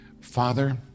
Father